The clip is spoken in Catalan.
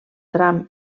tram